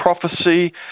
prophecy